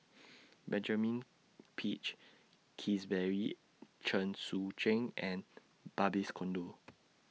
Benjamin Peach Keasberry Chen Sucheng and Barbies Conde